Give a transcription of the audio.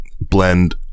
blend